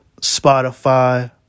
Spotify